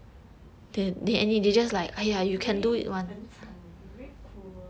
you very 很惨 you very cruel